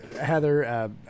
Heather